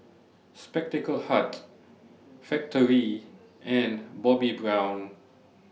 Spectacle Hut Factorie and Bobbi Brown